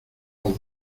los